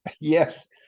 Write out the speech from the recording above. yes